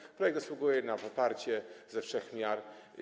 Tak że projekt zasługuje na poparcie ze wszech miar.